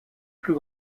plus